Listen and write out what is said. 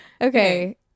Okay